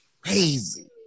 crazy